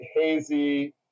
hazy